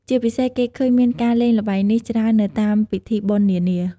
ជាពិសេស គេឃើញមានការលេងល្បែងនេះច្រើននៅតាមពិធីបុណ្យនានា។